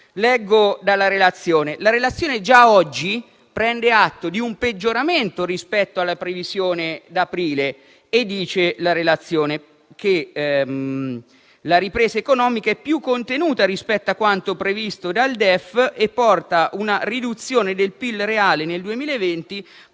Leggo dalla relazione. La relazione già oggi prende atto di un peggioramento rispetto alla previsione di aprile e dice che la ripresa economica è più contenuta rispetto a quanto previsto dal DEF e porta a una riduzione del PIL reale nel 2020